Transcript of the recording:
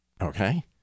okay